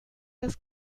las